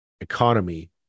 economy